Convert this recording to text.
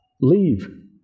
Leave